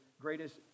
greatest